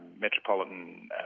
metropolitan